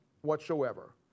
whatsoever